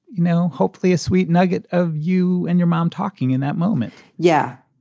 you know, hopefully a sweet nugget of you and your mom talking in that moment yeah.